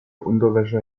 unterwäsche